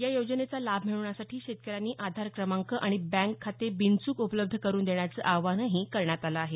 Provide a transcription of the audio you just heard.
या योजनेचा लाभ मिळवण्यासाठी शेतकऱ्यांनी आधार क्रमांक आणि बँक खाते बिनचूक उपलब्ध करुन देण्याचं आवाहनही करण्यात आलं आहे